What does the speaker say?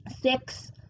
Six